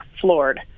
floored